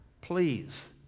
Please